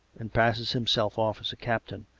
and passes himself off as a captain.